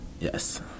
Yes